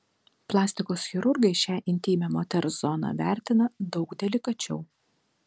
plastikos chirurgai šią intymią moters zoną vertina daug delikačiau